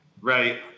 Right